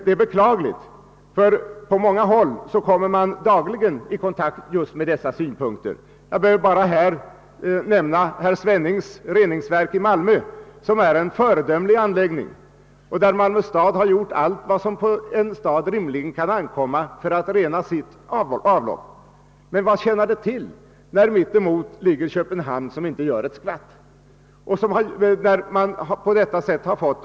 Det är beklagligt, ty på många håll kommer man dagligen i kontakt med just dessa synpunkter. Jag behöver som exempel bara nämna herr Svennings reningsverk i Malmö, som är en föredömlig anläggning. Malmö stad har gjort allt som på en stad rimligen kan ankomma för att rena sitt avlopp. Men vad tjänar det till när Köpenhamn ligger på andra sidan Sundet och inte har gjort ett skvatt.